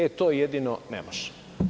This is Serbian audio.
E, to jedino ne može.